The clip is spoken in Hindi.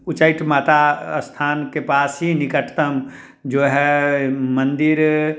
उचैठ माता स्थान के पास ही निकटतम जो है मंदिर